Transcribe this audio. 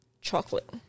Chocolate